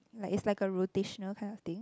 like it's like a rotational kind of thing